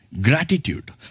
Gratitude